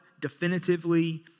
definitively